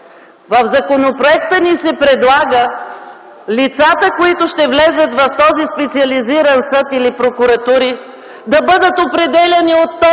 В законопроекта ни се предлага лицата, които ще влязат в този Специализиран съд или прокуратури, да бъдат определяни от този Висш